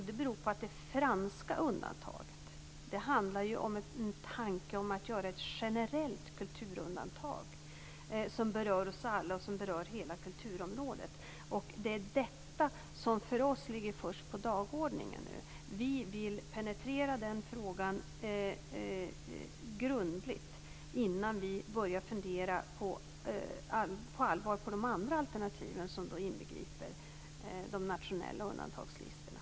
Det beror på att det franska undantaget handlar om en tanke på att göra ett generellt kulturundantag som berör oss alla och som berör hela kulturområdet. Det är det som för oss ligger först på dagordningen nu. Vi vill penetrera den frågan grundligt innan vi på allvar börjar fundera på de andra alternativen, som inbegriper de nationella undantagslistorna.